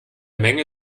menge